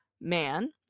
man